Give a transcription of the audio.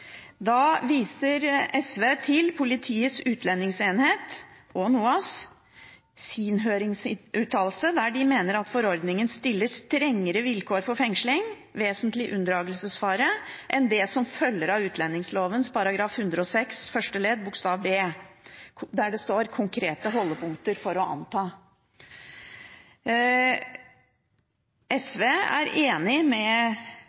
Da viser SV til høringsuttalelsene fra Politiets utlendingsenhet og NOAS, som mener at forordningen stiller strengere vilkår for fengsling, vesentlig unndragelsesfare, enn det som følger av utlendingsloven § 6 første ledd B, der det står «konkrete holdepunkter for å anta». SV er enig med